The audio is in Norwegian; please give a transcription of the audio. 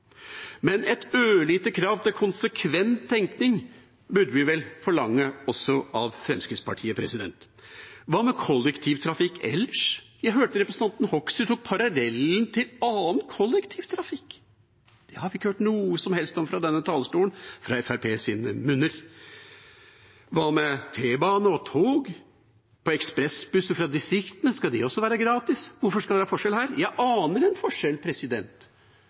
Men et ørlite krav til konsekvent tekning burde vi vel forlange, også av Fremskrittspartiet? Hva med kollektivtrafikk ellers? Jeg hørte representanten Hoksrud tok parallellen til annen kollektivtrafikk. Det har vi ikke hørt noe som helst om fra denne talerstolen fra Fremskrittspartiets munner. Hva med T-bane og tog? Ekspressbusser fra distriktene, skal de også være gratis? Hvorfor skal det være forskjell her? Jeg aner en forskjell.